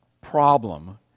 problem